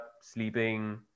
sleeping